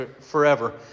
forever